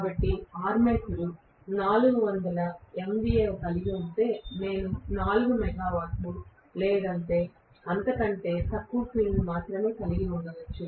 కాబట్టి armature 400 MVA కలిగి ఉంటే నేను 4 మెగావాట్ల లేదా అంతకంటే తక్కువ ఫీల్డ్ మాత్రమే కలిగి ఉండవచ్చు